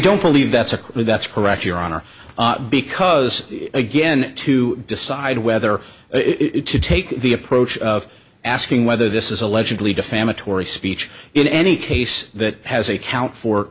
don't believe that's a new that's correct your honor because again to decide whether it to take the approach of asking whether this is allegedly defamatory speech in any case that has a count for